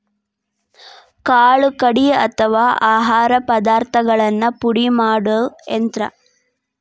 ಕಾಳು ಕಡಿ ಅಥವಾ ಆಹಾರ ಪದಾರ್ಥಗಳನ್ನ ಪುಡಿ ಮಾಡು ಯಂತ್ರ